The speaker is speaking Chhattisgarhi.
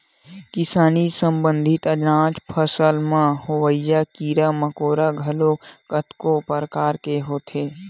किसानी संबंधित अनाज फसल म होवइया कीरा मकोरा घलोक कतको परकार के होथे